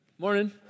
Morning